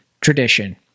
tradition